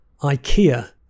IKEA